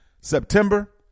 September